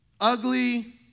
ugly